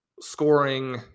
scoring